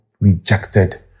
rejected